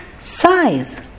size